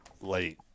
late